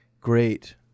great